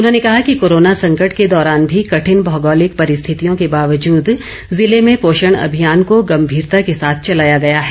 उन्होंने कहा कि कोरोना संकट के दौरान भी कठिन भौगोलिक परिस्थितियों के बावजूद जिले में पोषण अभियान को गम्भीरता के साथ चलाया गया है